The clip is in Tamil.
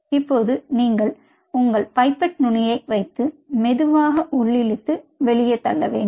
இப்போது நீங்கள் உங்கள் பைப்பேட் நுனியை வைத்து மெதுவாக உள்ளிழுத்து வெளியே தள்ள வேண்டும்